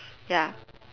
ya